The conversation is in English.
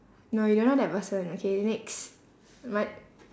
no you don't know that person okay next my